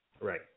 Right